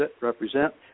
represent